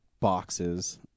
boxes